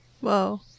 Whoa